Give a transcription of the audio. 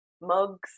mugs